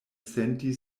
senti